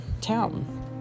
town